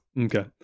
Okay